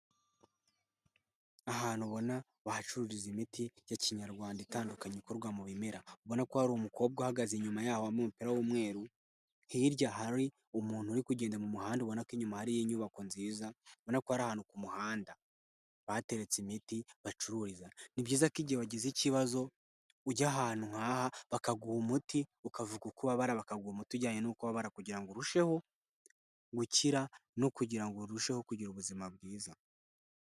Ahantu ubona bahacururiza imiti ya kinyarwanda itandukanye ikorwa mu bimera, ubona ko hari umukobwa uhagaze inyuma yaho wambaye umupira w'umweru, hirya hari umuntu uri kugenda mu muhanda ubona ko inyuma hari inyubako nziza, ubona ko ari ahantu ku muhanda. Bahateretse imiti bacururiza. Ni byiza ko igihe wagize ikibazo, ujya ahantu nk'aha bakaguha umuti, ukavuga uko ubabara bakagu umuti ujyanye n'uko ubabara kugira ngo urusheho, gukira no kugira ngo urusheho kugira ubuzima bwiza.